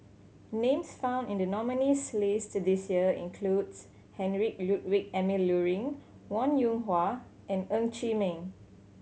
names found in the nominees' list this year includes Heinrich Ludwig Emil Luering Wong Yoon Wah and Ng Chee Meng